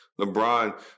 LeBron